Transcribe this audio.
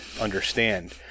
understand